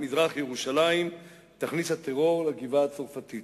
מזרח-ירושלים תכניס את הטרור לגבעה-הצרפתית.